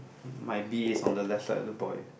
my bee is on the left side the boy